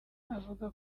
avuga